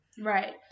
Right